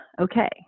okay